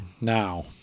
now